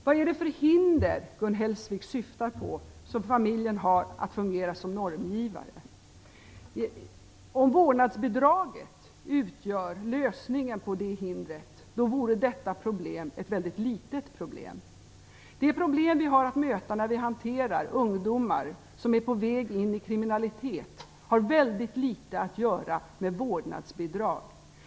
Vad är det för hinder som Gun Hellsvik syftar på när det gäller familjens möjligheter att fungera som normgivare? Om vårdnadsbidraget utgör lösningen på det hindret, vore detta problem mycket litet. Det problem som vi har att möta när vi hanterar ungdomar som är på väg in i kriminalitet har mycket litet att göra med vårdnadsbidrag.